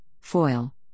foil